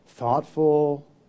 thoughtful